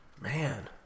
Man